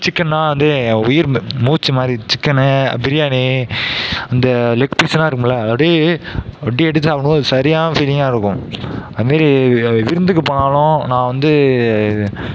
சிக்கன்லாம் வந்து என் உயிர் மூச்சு மாதிரி சிக்கன்னு பிரியாணி இந்த லெக் பீசெல்லாம் இருக்கும்ல அதை அப்படியே அப்படியே எடுத்தா அவ்வளோ தான் சரியான ஃபீலிங்காக இருக்கும் அதே மாதிரி விருந்துக்கு போனாலும் நான் வந்து